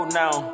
now